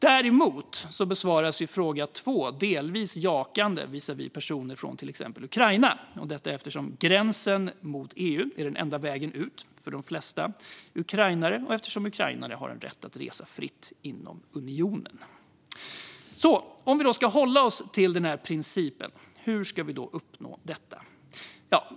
Däremot besvaras den andra frågan delvis jakande visavi personer från till exempel Ukraina, detta eftersom gränsen mot EU är den enda vägen ut för de flesta ukrainare och eftersom ukrainare har rätt att resa fritt inom unionen. Om vi då ska hålla oss till den här principen, hur ska vi uppnå detta?